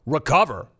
Recover